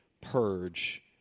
Purge